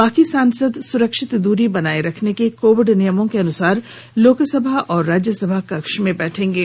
बाकी सांसद सुरक्षित दूरी बनाये रखने के कोविड नियमों के अनुसार लोकसभा और राज्यरसभा कक्ष में बैठेंगे